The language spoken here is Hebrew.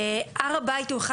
הר הבית הוא אחד